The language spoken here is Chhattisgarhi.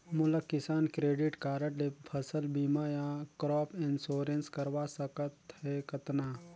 मोला किसान क्रेडिट कारड ले फसल बीमा या क्रॉप इंश्योरेंस करवा सकथ हे कतना?